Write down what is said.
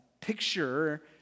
picture